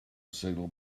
signal